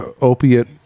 opiate